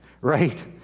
right